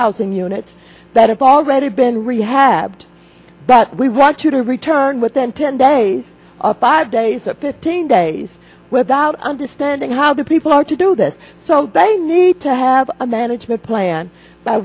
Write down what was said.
housing units that have already been rehabbed that we want you to return within ten days of five days or fifteen days without understanding how the people are to do this so they need to have a management plan by